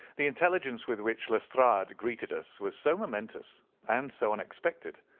the intelligence with which lestrade greeted us was so momentous and so unexpected,